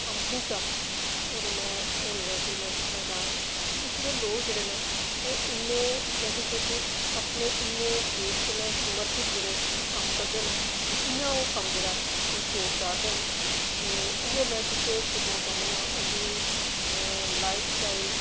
कंपनियें दा और में ओह् जेह्ड़ा में दिक्खना चाह्ङ कि उत्थूं दे लोक जेह्ड़े न ओह् इन्ने डैडीकेटड अपने इन्ने देश कन्नै समर्पित जेह्ड़े ओह् कम्म करदे न ओह् कि'यां ओह् कम्म जेह्ड़ा ओह् तोड़ चाढ़दे न कि उ'ऐ में किश सिक्खना चाह्न्नी आं उं'दी लाइफ स्टाइल